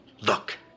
Look